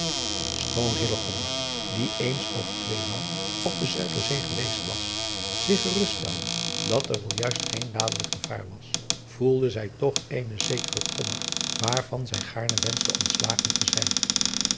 choon die eens of tweemaal op de uiderzee geweest was zich gerust stelde dat er wel juist geen dadelijk gevaar was voelde zij toch eenen zekeren kommer waarvan zij gaarne wenschte ontslagen te zijn